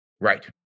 Right